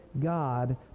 God